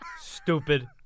Stupid